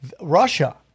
russia